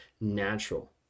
natural